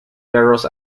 perros